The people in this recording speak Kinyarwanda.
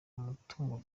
mutungo